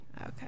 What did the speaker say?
Okay